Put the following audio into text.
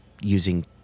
using